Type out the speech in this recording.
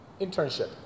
Internship